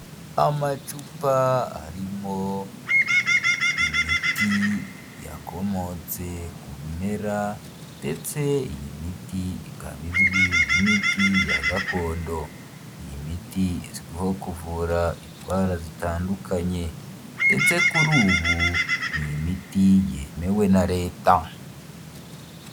Amacupa arimo imiti yakomotse ku bimera, ndetse iyi miti ikaba izwi nk'imiti ya gakondo, iyi miti izwiho kuvura indwara zitandukanye, ndetse kuri ubu ni imiti yemewe na leta.